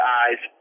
eyes